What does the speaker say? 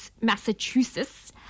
Massachusetts